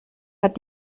hat